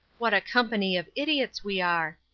what a company of idiots we are!